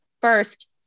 first